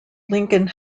lincoln